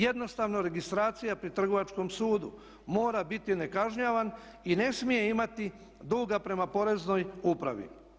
Jednostavno registracija pri trgovačkom sudu, mora biti nekažnjavan i ne smije imati duga prema poreznoj upravi.